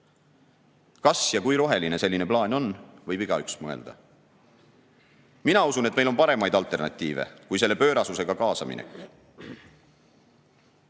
Kas ja kui roheline selline plaan on, võib igaüks ise mõelda. Mina usun, et meil on paremaid alternatiive kui selle pöörasusega kaasaminek.